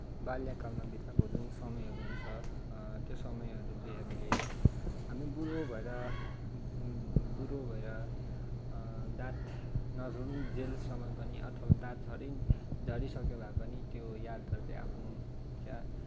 बाल्यकालमा बिताएको जुन समयहरू हुन्छ त्यो समयहरू चाहिँ हामीले हामी बुढो भएर बुढो भएर दाँत नझरुन्जेलसम्म पनि अथवा दाँत झरि झरिसकेभए पनि त्यो यादहरू चाहिँ आफ्नो क्या